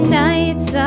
nights